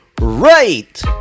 right